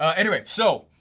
ah anyway, so,